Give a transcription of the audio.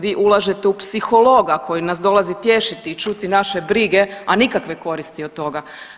Vi ulažete u psihologa koji nas dolazi tješiti i čuti naše brige a nikakve koristi od toga.